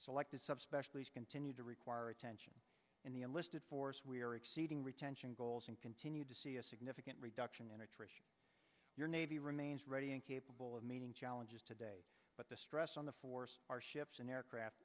selected subspecialties continue to require attention in the enlisted force we are exceeding retention goals and continue to see a significant reduction in attrition your navy remains ready and capable of meeting challenges today but the stress on the force our ships and aircraft